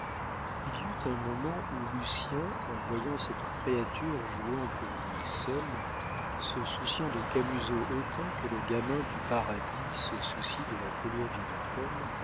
il y eut un moment où lucien en voyant cette créature jouant pour lui seul se souciant de camusot autant que le gamin du paradis se soucie de la pelure d'une pomme